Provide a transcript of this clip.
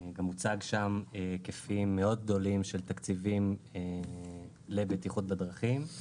גם מוצגים שם היקפים מאוד גדולים של תקציבים לבטיחות בדרכים,